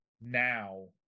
now